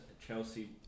Chelsea